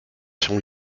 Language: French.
sont